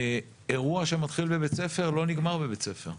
אירוע שמתחיל בבית ספר לא נגמר בבית הספר,